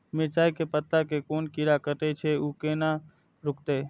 मिरचाय के पत्ता के कोन कीरा कटे छे ऊ केना रुकते?